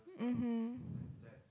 mmhmm